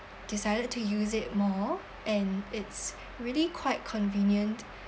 decided to use it more and it's really quite convenient